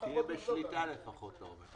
שיהיו בשליטה לפחות, אתה אומר.